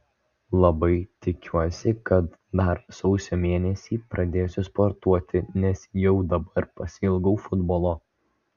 labai tikiuosi kad dar sausio mėnesį pradėsiu sportuoti nes jau dabar pasiilgau futbolo